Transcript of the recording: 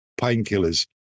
painkillers